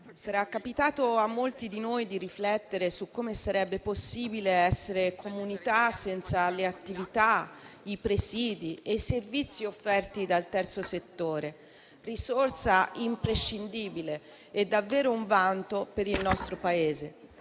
sarà capitato a molti di noi di riflettere su come sarebbe possibile essere comunità senza le attività, i presidi e servizi offerti dal terzo settore, una risorsa imprescindibile, che è davvero un vanto per il nostro Paese.